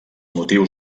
motius